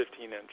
15-inch